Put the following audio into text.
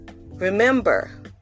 Remember